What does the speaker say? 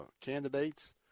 candidates